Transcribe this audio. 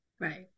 Right